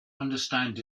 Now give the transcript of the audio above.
understand